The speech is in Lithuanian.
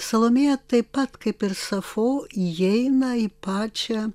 salomėja taip pat kaip ir safo įeina į pačią